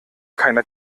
keiner